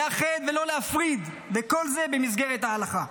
לאחד ולא להפריד" וכל זה במסגרת ההלכה.